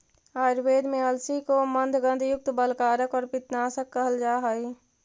आयुर्वेद में अलसी को मन्दगंधयुक्त, बलकारक और पित्तनाशक कहल जा हई